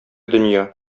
дөнья